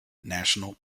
national